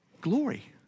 glory